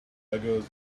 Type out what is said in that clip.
beggars